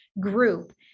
group